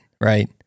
Right